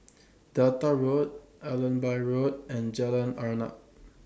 Delta Road Allenby Road and Jalan Arnap